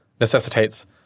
necessitates